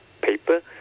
paper